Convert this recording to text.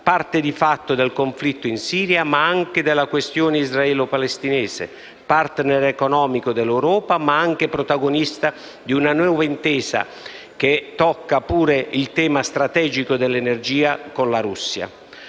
parte di fatto del conflitto in Siria, ma anche della questione israelo-palestinese; *partner* economico dell'Europa, ma anche protagonista di una nuova intesa, che tocca pure il tema strategico dell'energia, con la Russia.